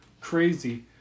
crazy